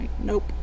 nope